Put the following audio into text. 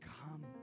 come